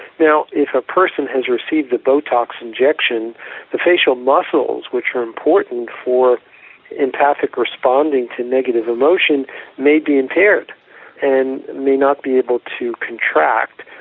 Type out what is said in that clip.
now if a person has received the botox injection the facial muscles which are important for empathic responding to negative emotion may be impaired and may not be able to contract.